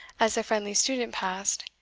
as the friendly student passed,